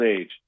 age